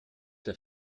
der